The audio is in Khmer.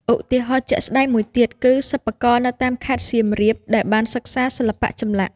ឧទាហរណ៍ជាក់ស្តែងមួយទៀតគឺ សិប្បករនៅតាមខេត្តសៀមរាបដែលបានសិក្សាសិល្បៈចម្លាក់។